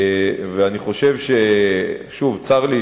צר לי